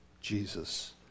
Jesus